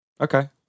Okay